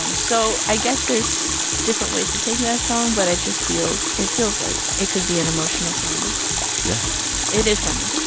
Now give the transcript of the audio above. um so i guess there's different ways to take that song. but it just feels it feels like it could be an emotional song yeah it is for me